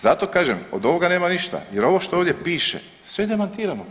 Zato kažem od ovog nema ništa jer ovo što ovdje piše sve je demantirano.